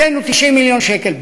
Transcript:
הקצינו 90 מיליון שקל.